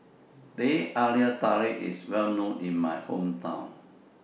Teh Halia Tarik IS Well known in My Hometown